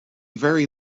very